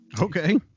Okay